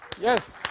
Yes